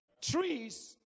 Trees